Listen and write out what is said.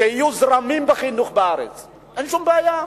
זרמים בחינוך בארץ, אין שום בעיה.